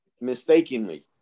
mistakenly